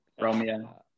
Romeo